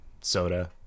Soda